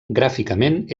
gràficament